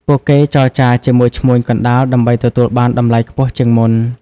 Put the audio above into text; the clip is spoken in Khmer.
ពួកគេចរចាជាមួយឈ្មួញកណ្ដាលដើម្បីទទួលបានតម្លៃខ្ពស់ជាងមុន។